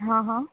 હા હા